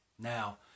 Now